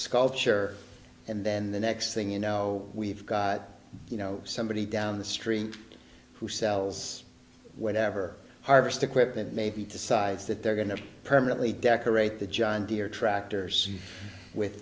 sculpture and then the next thing you know we've got you know somebody down the street who sells whatever harvest equipment maybe decides that they're going to permanently decorate the john deere tractors with